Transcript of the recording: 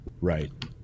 Right